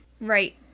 Right